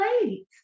late